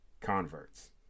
converts